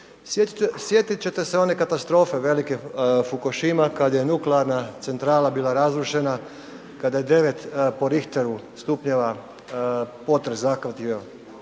Sjetiti ćete se one katastrofe velike Fukushima kada je nuklearna centrala bila razrušena kada je 9 po richteru stupnjeva potres zahvatio